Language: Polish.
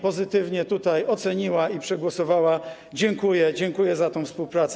pozytywnie tutaj oceniła i przegłosowała, dziękuję, dziękuję za tę współpracę.